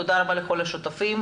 תודה רבה לכל השותפים.